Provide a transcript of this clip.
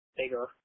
bigger